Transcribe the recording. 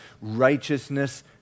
righteousness